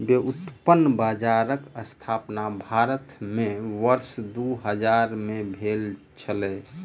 व्युत्पन्न बजारक स्थापना भारत में वर्ष दू हजार में भेल छलै